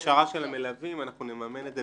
הכשרה של המלווים, אנחנו נממן את זה